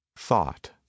thought